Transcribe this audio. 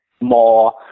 more